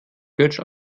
götsch